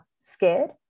scared